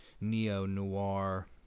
neo-noir